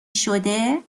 شده